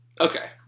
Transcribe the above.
Okay